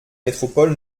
métropole